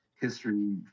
history